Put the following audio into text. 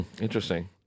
Interesting